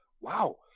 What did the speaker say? wow